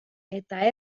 eta